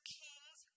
kings